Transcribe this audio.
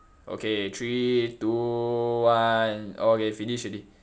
okay three two one okay finish already